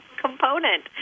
component